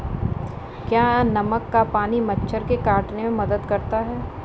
क्या नमक का पानी मच्छर के काटने में मदद करता है?